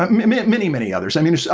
um i mean many, many others. i mean,